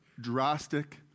drastic